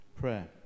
prayer